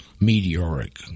Meteoric